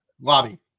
Lobby